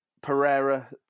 Pereira